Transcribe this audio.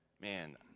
Man